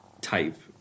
type